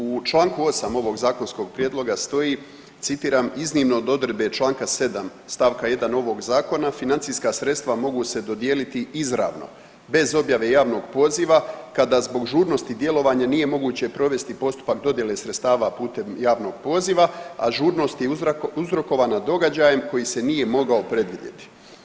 U čl. 8 ovog zakonskog prijedloga stoji, citiram, iznimno od odredbe čl. 7 st. 1 ovog Zakona financijska sredstva mogu se dodijeliti izravno bez objave javnog poziva kada zbog žurnosti djelovanja nije moguće provesti postupak dodjele sredstava putem javnog poziva, a žurnost je uzrokovana događajem koji se nije mogao predvidjeti.